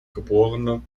geb